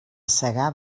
segar